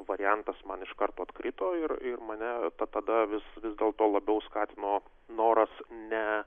variantas man iš karto atkrito ir ir mane tada vis dėlto labiau skatino noras ne